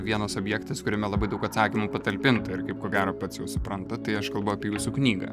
vienas objektas kuriame labai daug atsakymų patalpinta ir kaip ko gero pats jau suprantat tai aš kalbu apie jūsų knygą